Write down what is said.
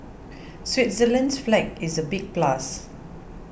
Switzerland's flag is a big plus